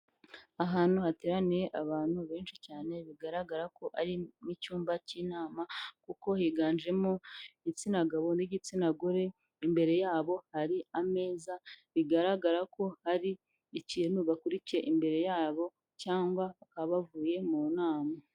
Ahantu hateraniye abantu benshi cyane bigaragara ko ari nk'icyumba cy'inama kuko higanjemo igitsina gabo n'igitsina gore, imbere yabo hari ameza bigaragara ko hari ikintu bakurikiye imbere yabo cyangwa bakaba bavuye mu nama.